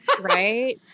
right